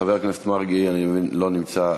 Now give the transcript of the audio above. חבר הכנסת מרגי, אני מבין, לא נמצא.